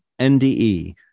NDE